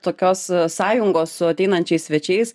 tokios sąjungos su ateinančiais svečiais